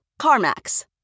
CarMax